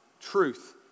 truth